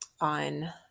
on